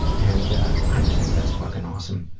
and i just think that's fucking awesome.